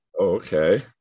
okay